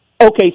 okay